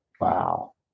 Wow